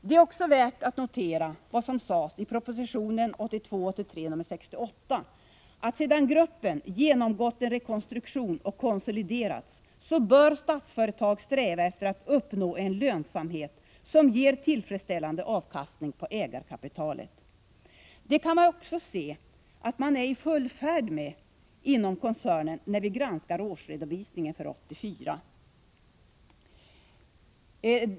Det är också värt att notera vad som sades i proposition 1982/83:68, att ”Statsföretag sedan gruppen genomgått en rekonstruktion och konsoliderats bör sträva efter att uppnå en lönsamhet som ger tillfredsställande avkastning på ägarkapitalet”. Vi kan också se att koncernen är i full färd med detta när vi granskar årsredovisningen för 1984.